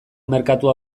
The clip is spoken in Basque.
merkatua